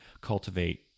cultivate